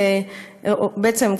או בעצם,